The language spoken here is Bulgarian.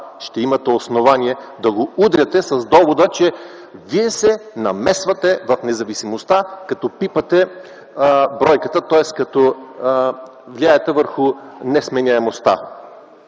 да имате основание да го удряте с довода, че „вие се намесвате в независимостта, като пипате бройката”, тоест като влияете върху несменяемостта.